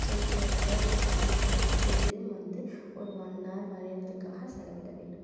so இப்போ வரைகிறதுக்கு பிடிக்குன்னா டெயிலியும் வந்து ஒரு ஒன் ஆர் வரைகிறதுக்காக செலவிட வேண்டும்